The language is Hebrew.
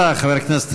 תודה, חבר הכנסת חנין.